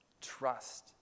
Trust